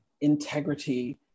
integrity